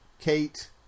Kate